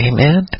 Amen